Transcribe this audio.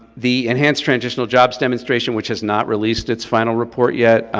the enhanced transitional jobs demonstration, which has not released its final report yet,